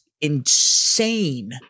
insane